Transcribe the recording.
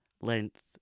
length